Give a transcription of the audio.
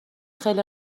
خیلی